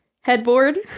headboard